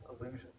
illusion